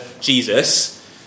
Jesus